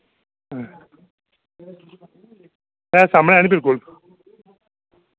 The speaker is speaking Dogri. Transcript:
है सामनै नी बिल्कुल